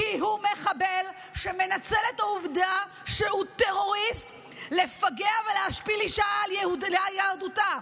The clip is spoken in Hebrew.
כי הוא מחבל שמנצל את העובדה שהוא טרוריסט לפגע ולהשפיל אישה על יהדותה.